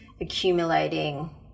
accumulating